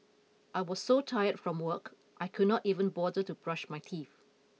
I was so tired from work I could not even bother to brush my teeth